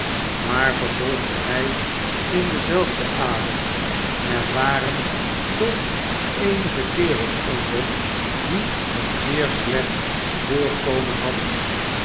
maar vervolgde hij in denzelfden adem ser waren toch eenige kerels onder die een zeer slecht voorkomen hadden